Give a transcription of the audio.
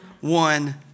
one